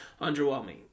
underwhelming